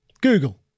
Google